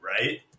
right